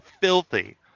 filthy